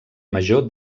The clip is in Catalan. major